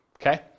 Okay